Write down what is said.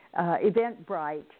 Eventbrite